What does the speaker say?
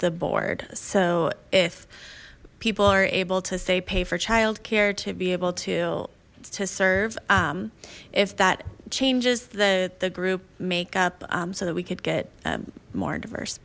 the board so if people are able to say pay for child care to be able to to serve if that changes the the group makeup so that we could get more diverse